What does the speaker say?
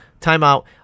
timeout